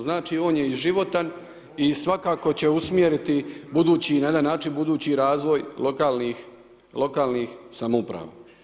Znači, on je životan i svakako će usmjeriti budući, na jedan način, budući razvoj lokalnih samouprava.